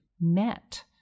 met